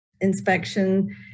inspection